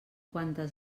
quantes